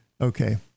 Okay